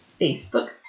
Facebook